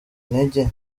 intege